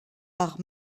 par